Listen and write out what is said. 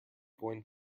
going